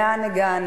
לאן הגענו?